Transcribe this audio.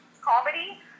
comedy